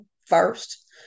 first